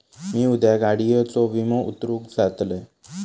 मी उद्या गाडीयेचो विमो उतरवूक जातलंय